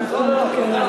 אנחנו צריכים לתקן את זה,